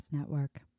Network